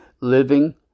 living